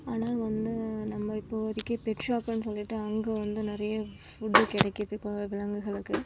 ஆனால் வந்து நம்ம இப்போதைக்கு பெட் ஷாப்புன்னு சொல்லிவிட்டு அங்கே வந்து நிறைய ஃபுட்டு கிடைக்கிது கோ விலங்குகளுக்கு